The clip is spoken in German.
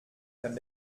kann